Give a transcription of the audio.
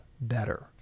better